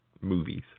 movies